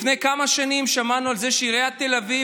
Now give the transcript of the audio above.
לפני כמה שנים שמענו על זה שעיריית תל אביב